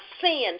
sin